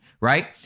right